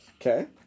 Okay